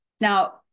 now